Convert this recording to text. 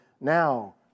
now